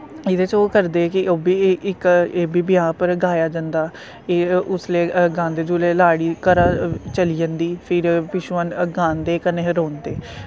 इह्दे च ओह् करदे कि ओह्बी इक एह् बी ब्याह् उप्पर गाया जंदा एह् उसले गांदे जुल्ले लाड़ी घरा चली जंदी फिर पिच्छुआं गांदे कन्नै रोंदे